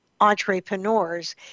entrepreneurs